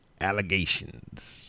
allegations